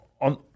on